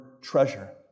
treasure